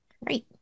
Right